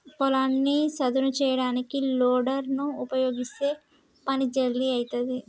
పొలాన్ని సదును చేయడానికి లోడర్ లను ఉపయీగిస్తే పని జల్దీ అయితది